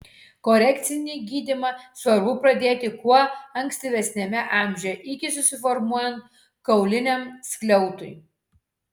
korekcinį gydymą svarbu pradėti kuo ankstyvesniame amžiuje iki susiformuojant kauliniam skliautui